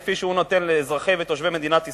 כפי שהוא נותן לאזרחי ותושבי מדינת ישראל,